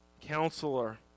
Counselor